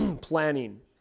planning